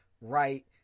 right